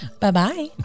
Bye-bye